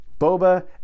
Boba